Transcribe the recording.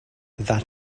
that